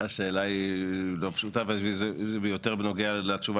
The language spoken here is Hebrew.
השאלה היא לא פשוטה וזה יותר בנוגע לתשובה